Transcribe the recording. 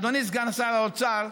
אדוני סגן שר האוצר,